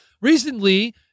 recently